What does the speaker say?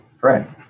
Correct